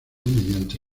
mediante